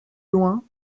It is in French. loin